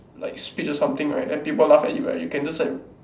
like speech or something right then people laugh at you right you can just like